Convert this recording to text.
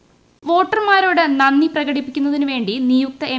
P വോട്ടർമാരോട് നന്ദി പ്രകടിപ്പിക്കുന്നതിനുവേണ്ടി നിയുക്ത എം